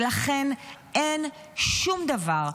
ולכן, אין שום דבר,